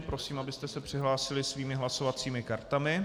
Prosím, abyste se přihlásili svými hlasovacími kartami.